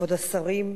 כבוד השרים,